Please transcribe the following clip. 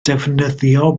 defnyddio